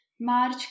march